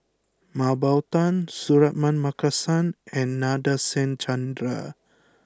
Mah Bow Tan Suratman Markasan and Nadasen Chandra